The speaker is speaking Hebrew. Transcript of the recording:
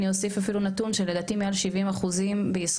אני אוסיף אפילו נתון שלדעתי מעל 70% בישראל,